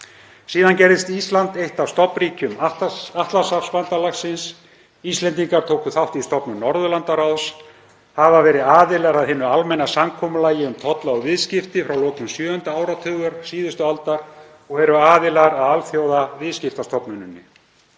Síðan gerðist Ísland eitt af stofnríkjum Atlantshafsbandalagsins, Íslendingar tóku þátt í stofnun Norðurlandaráðs, hafa verið aðilar að hinu almenna samkomulagi um tolla og viðskipti frá lokum sjöunda áratugar síðustu aldar og eru aðilar að Alþjóðaviðskiptastofnuninni.